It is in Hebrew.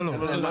לא, לא.